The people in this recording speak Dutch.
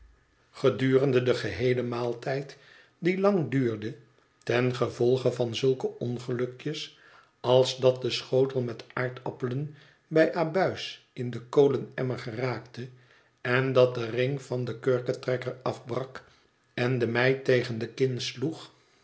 gedurende den geheelen maaltijd die lang duurde ten gevolge van zulke ongelukjes als dat de schotel met aardappelen bij abuis in den kolenemmer geraakte en dat de ring van den kurketrekker afbrak en de meid tegen de